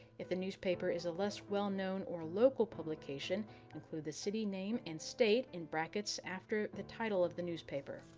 if the newspaper is a less well-known or local publication include the city name and state in brackets after the title of the newspaper.